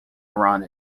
around